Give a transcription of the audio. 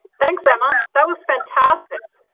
thanks emma that was fantastic.